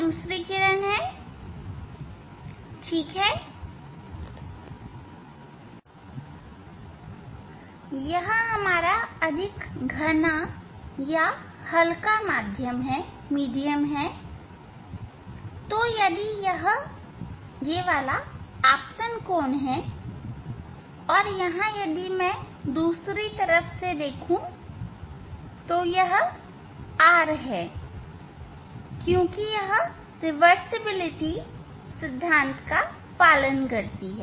दूसरी किरण यह दूसरी किरण है ठीक है यह अधिक घना या हल्का माध्यम है तो यदि यह आपतन कोण है और यहां यदि मैं दूसरी तरफ से देखूं तो यह r है क्योंकि यह रिवर्सिबिलिटी सिद्धांत का पालन करती है